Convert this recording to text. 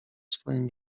swoim